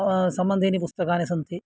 सम्बन्धीनि पुस्तकानि सन्ति